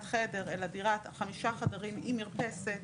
חדר אלא דירת חמישה חדרים עם מרפסת,